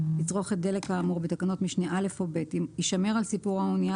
דלק כאמור בתקנות משנה (א) או (ב) יישמר על סיפון האנייה